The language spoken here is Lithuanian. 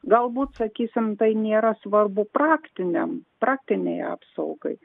galbūt sakysim tai nėra svarbu praktiniam praktinei apsaugai